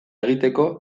egiteko